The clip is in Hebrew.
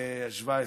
השבע עשרה?